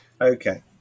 Okay